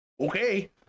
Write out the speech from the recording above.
okay